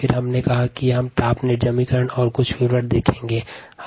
फिर हमने ताप निर्जमीकरण को विस्तृत रूप में देखा